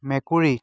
মেকুৰী